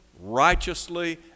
Righteously